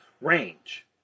range